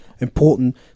important